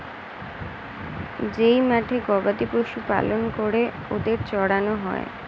যেই মাঠে গবাদি পশু পালন করে ওদের চড়ানো হয়